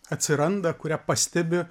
atsiranda kurią pastebi